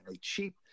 cheap